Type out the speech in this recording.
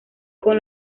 con